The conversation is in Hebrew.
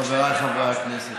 חבריי חברי הכנסת,